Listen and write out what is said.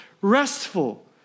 restful